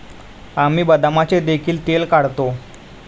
आम्ही बदामाचे देखील तेल काढतो